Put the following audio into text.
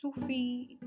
Sufi